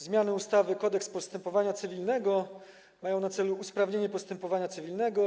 Zmiany ustawy Kodeks postępowania cywilnego mają na celu usprawnienie postępowania cywilnego.